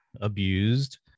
abused